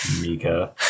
Mika